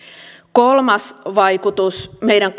kolmas vaikutus meidän